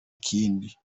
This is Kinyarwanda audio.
kindi